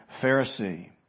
Pharisee